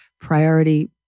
priority